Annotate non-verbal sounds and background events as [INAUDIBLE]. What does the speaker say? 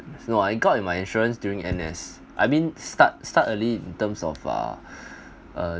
no I got into my insurance during N_S I mean start start early in terms of uh [BREATH] uh